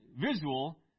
visual